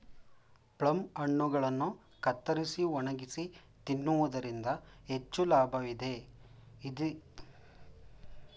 plum ಹಣ್ಣುಗಳನ್ನು ಕತ್ತರಿಸಿ ಒಣಗಿಸಿ ತಿನ್ನುವುದರಿಂದ ಹೆಚ್ಚು ಲಾಭ ಇದೆ, ಇದರಲ್ಲಿ ಹೆಚ್ಚಿನ ಖನಿಜಾಂಶಗಳು ಇವೆ